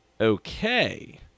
okay